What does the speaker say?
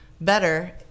better